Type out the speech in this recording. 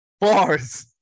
Bars